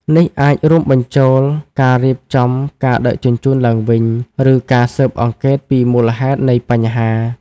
នេះអាចរួមបញ្ចូលការរៀបចំការដឹកជញ្ជូនឡើងវិញ ឬការស៊ើបអង្កេតពីមូលហេតុនៃបញ្ហា។